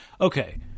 okay